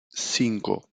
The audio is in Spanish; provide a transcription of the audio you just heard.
cinco